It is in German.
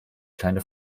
kleine